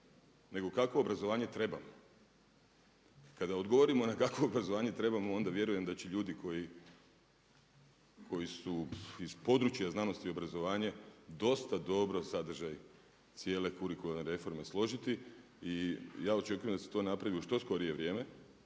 nego kakvo obrazovanje trebamo. Kada odgovorimo na kakvo obrazovanje trebamo, onda vjerujem da će ljudi koji su iz područja znanosti, obrazovanja dosta dobro sadržaj cijele kurikularne reforme složiti. I ja očekujem da se to napravi u što skorije vrijeme,